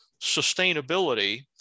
sustainability